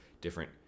different